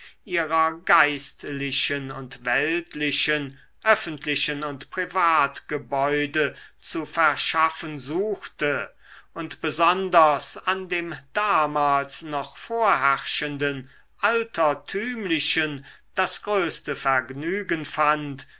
ihrer geistlichen und weltlichen öffentlichen und privatgebäude zu verschaffen suchte und besonders an dem damals noch vorherrschenden altertümlichen das größte vergnügen fand